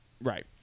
right